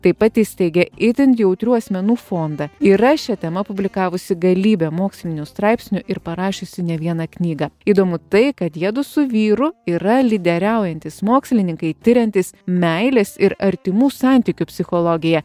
taip pat įsteigė itin jautrių asmenų fondą yra šia tema publikavusi galybę mokslinių straipsnių ir parašiusi ne vieną knygą įdomu tai kad jiedu su vyru yra lyderiaujantys mokslininkai tiriantys meilės ir artimų santykių psichologiją